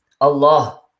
Allah